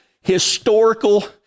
historical